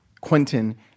Quentin